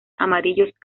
amarillos